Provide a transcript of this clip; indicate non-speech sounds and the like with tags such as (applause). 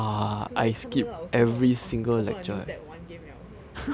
坐在那边看住那个老师后 !wah! open a new tab 玩 game liao (laughs)